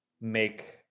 make